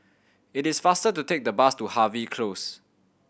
it is faster to take the bus to Harvey Close